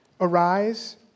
Arise